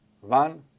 One